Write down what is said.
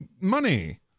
money